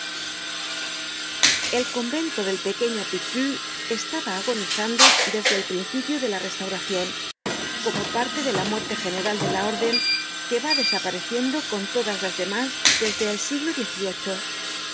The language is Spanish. el convento del pequeño picpus estaba agonizando desde el principio de la restauracion como parte de la muerte general de la orden que va desapareciendo con todas las demás desde el siglo